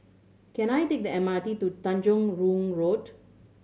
can I take the M R T to Tanjong Rhu Road